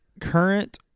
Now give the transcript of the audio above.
current